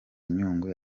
nyungwe